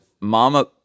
Mama